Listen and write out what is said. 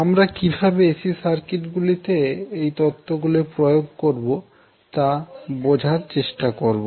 আমরা কীভাবে AC circuit গুলিতে এই তত্ত্বগুলি প্রয়োগ করব তা বোঝার চেষ্টা করব